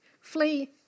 flee